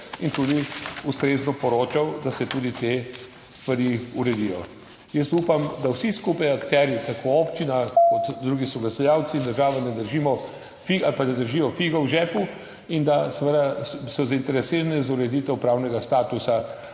in tudi ustrezno poročal, da se tudi te stvari uredijo. Upam, da vsi akterji skupaj, tako občina kot drugi soglasodajalci, država, ne držijo fige v žepu in da so zainteresirani za ureditev pravnega statusa